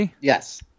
Yes